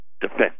defense